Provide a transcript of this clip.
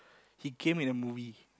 he came with the movie